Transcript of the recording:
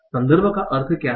संदर्भ का अर्थ क्या है